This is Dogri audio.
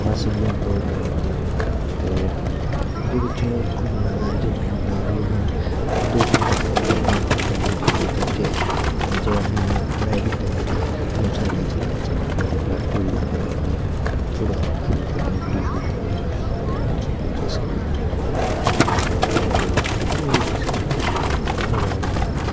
बस इ'यै होंदा होर केह् होंदा ते अग्गें पिच्छें घूमने दा इ'यै मजा होंदा कि असें दोस्तें दास्तें कन्नै जाचै गड्डी गुड्डी लेइयै जाचै ते जे असें राइडिंग करनी ऐ ते मोटरसाइकल लेइयै चली जाचै मतलब अगर प्हाड़ी पूड़ी इलाके दिक्खने ऐ फोटो फाटो शूट करनी ऐ ते वीडियू शूट करनी हे ते अहें मोटरसाइकल लेई जाई सकने आं इक अलग मजा आंदा ओह्दे बिच्च गड्डी लेइयै बी जाई सकने आं गड्डी च बक्खरा मजा औंदा